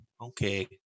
okay